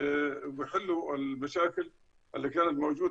נסמכים על המשפט השבטי בכדי לפתור את